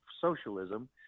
socialism